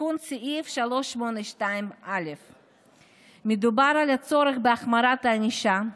תיקון סעיף 382א. מדובר על הצורך בהחמרת הענישה.